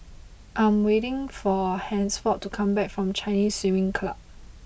I am waiting for Hansford to come back from Chinese Swimming Club